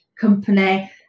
company